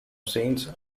saint